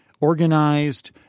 organized